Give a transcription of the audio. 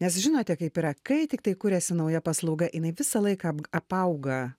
nes žinote kaip yra kai tiktai kuriasi nauja paslauga jinai visą laiką ap apauga